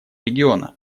региона